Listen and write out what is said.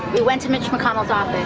we went to mitch mcconnell's office,